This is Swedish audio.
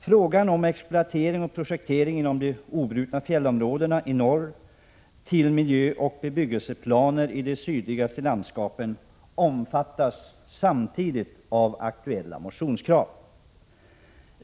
Frågan om exploatering och projektering inom de obrutna fjällområdena i norr och miljöoch bebyggelseplaner i de sydligaste landskapen omfattas samtidigt av aktuella motionskrav.